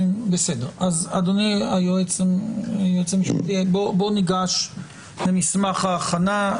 אדוני היועץ המשפטי, בואו ניגש למסמך ההכנה.